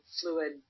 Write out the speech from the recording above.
fluid